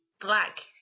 black